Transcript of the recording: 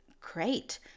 great